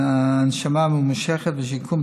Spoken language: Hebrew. הנשמה ממושכת ושיקום,